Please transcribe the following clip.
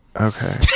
Okay